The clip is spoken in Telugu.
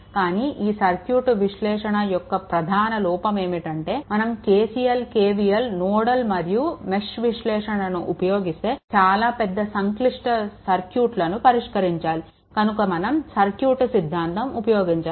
కానీ ఈ సర్క్యూట్ విశ్లేషణ యొక్క ప్రధాన లోపం ఏమిటంటే మనం KCL KVL నోడల్ మరియు మెష్ విశ్లేషణని ఉపయోగిస్తే చాలా పెద్ద సంక్లిష్ట సర్క్యూట్ని పరిష్కరించాలి కనుక మనం సర్క్యూట్ సిద్ధాంతం ఉపయోగించాలి